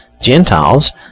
Gentiles